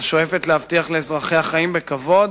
השואפת להבטיח לאזרחיה חיים בכבוד,